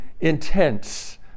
intense